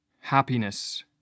happiness